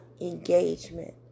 engagement